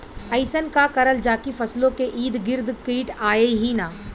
अइसन का करल जाकि फसलों के ईद गिर्द कीट आएं ही न?